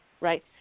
right